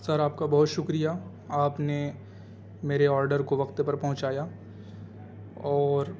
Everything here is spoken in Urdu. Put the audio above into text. سر آپ کا بہت شکریہ آپ نے میرے آڈر کو وقت پر پہنچایا اور